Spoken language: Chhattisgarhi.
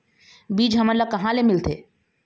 बीज हमन ला कहां ले मिलथे?